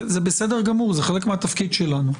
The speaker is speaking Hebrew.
זה בסדר גמור, זה חלק מהתפקיד שלנו.